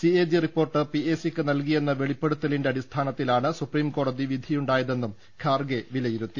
C A G report പിഎസിക്ക് നൽകിയെന്ന് വെളിപ്പെടുത്തലിന്റെ അടി സ്ഥാനത്തിലാണ് സുപ്രീംകോടതി വിധിയുണ്ടായതെന്നും ഖാർഗെ വിലയിരുത്തി